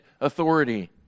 authority